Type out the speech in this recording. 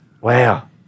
Wow